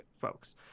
folks